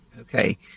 okay